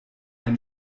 ein